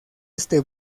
este